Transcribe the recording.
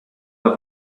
the